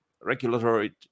regulatory